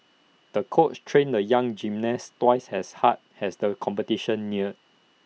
the coach trained the young gymnast twice has hard has the competition neared